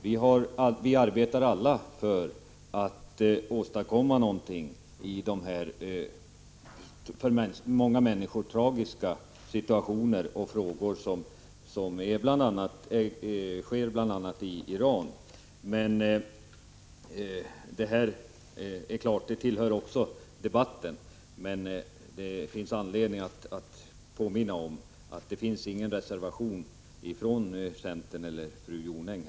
Vi arbetar alla för att åstadkomma någonting för de många människor som befinner sig i en svår situation, vilket bl.a. gäller människorna i Iran. Men det finns anledning att påminna om att det inte finns någon reservation från centern eller fru Jonäng.